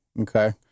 okay